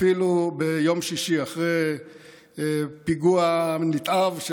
אפילו ביום שישי אחרי הפיגוע הנתעב,